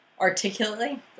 articulately